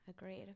agreed